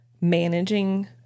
managing